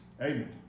Amen